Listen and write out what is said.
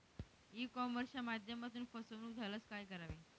E कॉमर्सच्या माध्यमातून फसवणूक झाल्यास काय करावे?